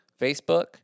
Facebook